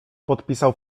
podpisał